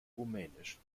rumänisch